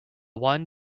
one